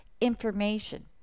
information